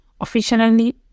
officially